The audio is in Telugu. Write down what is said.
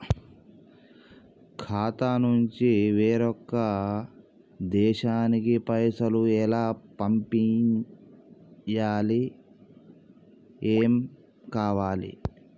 ఖాతా నుంచి వేరొక దేశానికి పైసలు ఎలా పంపియ్యాలి? ఏమేం కావాలి?